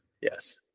Yes